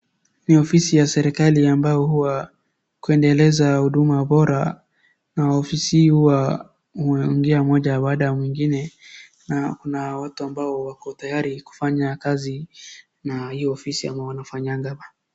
Hii ofisi ya serikali ambayo huwa, kuendeleza huduma bora, na maafisa wanaingia mmoja baada ya mwingine, na kuna watu ambao wako tayari kufanya kazi na hii ofisi ambayo wanafanyanga hapa.